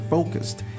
Focused